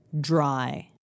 Dry